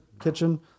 kitchen